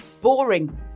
Boring